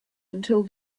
until